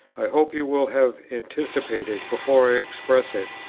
i hope you will have anticipated, before i express it,